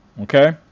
Okay